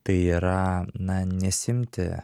tai yra na nesiimti